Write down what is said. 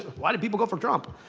why did people go for trump?